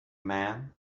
man